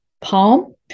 palm